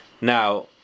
Now